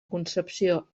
concepció